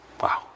Wow